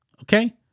Okay